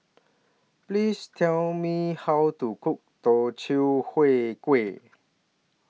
Please Tell Me How to Cook Teochew Huat Kuih